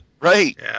Right